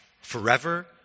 forever